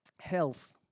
health